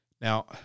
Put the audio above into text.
Now